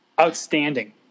Outstanding